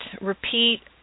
Repeat